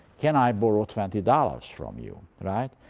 can i borrow twenty dollars from you? right?